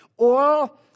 Oil